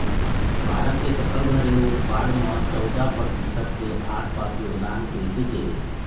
भारत के सकल घरेलू उत्पाद म चउदा परतिसत के आसपास योगदान कृषि के हे